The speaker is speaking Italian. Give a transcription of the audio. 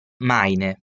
maine